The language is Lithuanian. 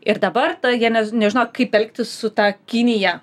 ir dabar jie nez nežino kaip elgtis su ta kinija